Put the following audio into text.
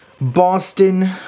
Boston